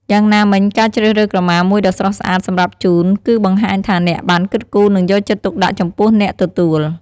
យ៉ាងណាមិញ ការជ្រើសរើសក្រមាមួយដ៏ស្រស់ស្អាតសម្រាប់ជូន គឺបង្ហាញថាអ្នកបានគិតគូរ និងយកចិត្តទុកដាក់ចំពោះអ្នកទទួល។